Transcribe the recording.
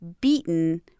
beaten